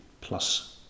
plus